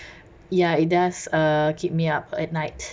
ya it does uh keep me up at night